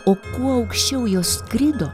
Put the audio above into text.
o kuo aukščiau jos skrido